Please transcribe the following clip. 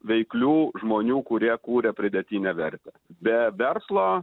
veiklių žmonių kurie kuria pridėtinę vertę be verslo